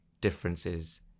differences